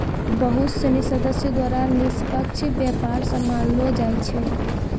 बहुत सिनी सदस्य द्वारा निष्पक्ष व्यापार सम्भाललो जाय छै